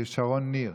שרון ניר.